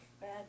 Bad